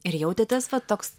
ir jautėtės va toks